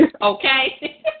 Okay